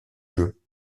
jeux